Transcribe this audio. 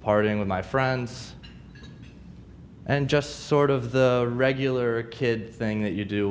parting with my friends and just sort of the regular kid thing that you do